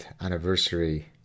anniversary